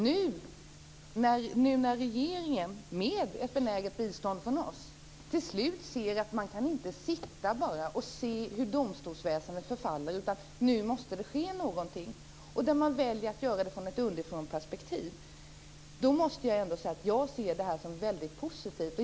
Nu har regeringen, med ett benäget bistånd från oss vänsterpartister, till slut insett att man inte bara kan sitta och se hur domstolsväsendet förfaller, utan att det måste ske någonting, och man väljer att göra det utifrån ett underifrånperspektiv. Jag ser det som väldigt positivt.